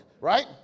right